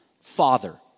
father